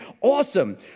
awesome